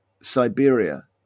Siberia